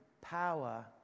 power